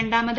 രണ്ടാമത്